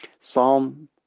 Psalm